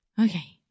Okay